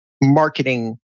marketing